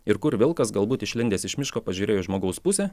ir kur vilkas galbūt išlindęs iš miško pažiūrėjo į žmogaus pusę